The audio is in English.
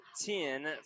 ten